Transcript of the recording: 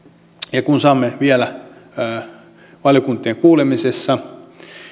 ja kun saamme vielä valiokuntien kuulemisessa